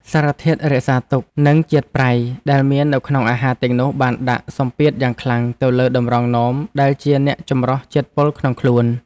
សារធាតុរក្សាទុក និងជាតិប្រៃដែលមាននៅក្នុងអាហារទាំងនោះបានដាក់សម្ពាធយ៉ាងខ្លាំងទៅលើតម្រងនោមដែលជាអ្នកចម្រោះជាតិពុលក្នុងខ្លួន។